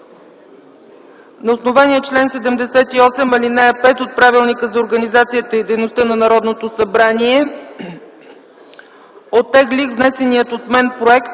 „На основание чл. 78, ал. 5 от Правилника за организацията и дейността на Народното събрание, оттеглих внесения от мен Проект